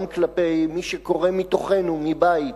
גם כלפי מי שקורא מתוכנו, מבית,